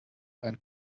einen